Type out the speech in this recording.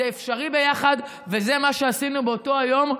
זה אפשרי ביחד, וזה מה שעשינו באותו היום.